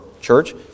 church